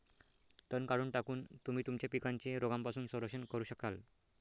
तण काढून टाकून, तुम्ही तुमच्या पिकांचे रोगांपासून संरक्षण करू शकाल